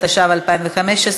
התשע"ו 2015,